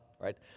right